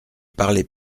parlez